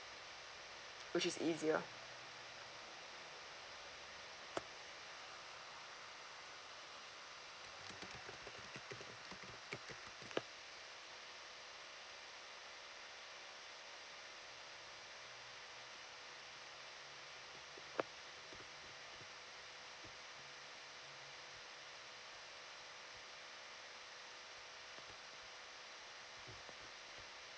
which is easier